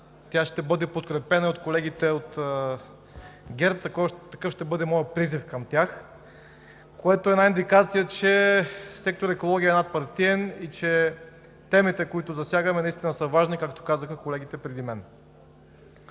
тя ще бъде подкрепена и от колегите от ГЕРБ. Такъв ще бъде моят призив към тях, което е индикация, че сектор „Екология“ е надпартиен и че темите, които засягаме, наистина са важни, както казаха колегите преди мен.